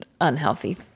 unhealthy